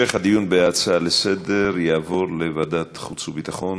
המשך הדיון בהצעה לסדר-היום יעבור לוועדת החוץ והביטחון.